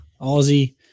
Aussie